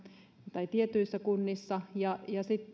tai tietyissä kunnissa ja